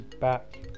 back